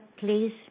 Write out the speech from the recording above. please